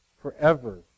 forever